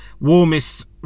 warmest